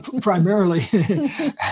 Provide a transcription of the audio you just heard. primarily